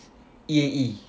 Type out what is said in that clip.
E_A_E